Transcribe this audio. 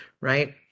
right